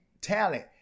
talent